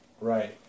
Right